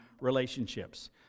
relationships